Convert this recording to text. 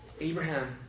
Abraham